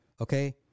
Okay